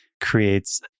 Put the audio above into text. creates